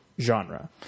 Genre